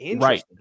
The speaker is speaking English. Right